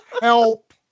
Help